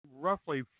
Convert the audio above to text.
roughly